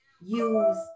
use